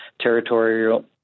territorial